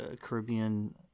Caribbean